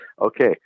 okay